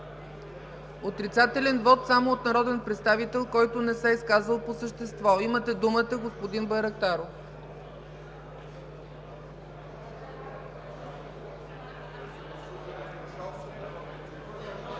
Отрицателен вот само от народен представител, който не се е изказал по същество. Имате думата, господин Байрактаров.